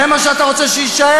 זה מה שאתה רוצה שיישאר?